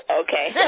Okay